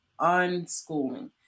unschooling